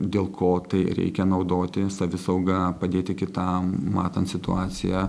dėl ko tai reikia naudoti savisaugą padėti kitam matant situaciją